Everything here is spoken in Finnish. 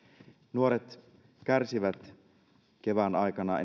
nuoret kärsivät kevään aikana